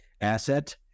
asset